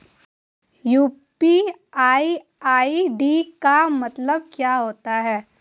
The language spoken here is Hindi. यू.पी.आई आई.डी का मतलब क्या होता है?